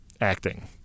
acting